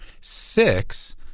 six